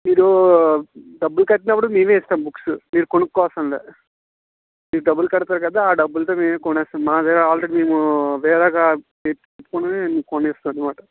మీరూ డబ్బులు కట్టినప్పుడు మేమే ఇస్తాం బుక్సు మీరు కొనుకోనవసరంలేదు మీరు డబ్బులు కడతారు కదా ఆ డబ్బుల్తో మేము కొనేస్తాం మా దగ్గర ఆల్రెడీ మేము వేరేగా బుక్స్ని కొనేస్తాన్నమాట